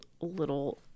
little